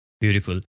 Beautiful